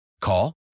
Call